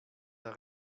der